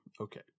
Okay